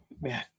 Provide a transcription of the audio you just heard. man